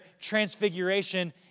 transfiguration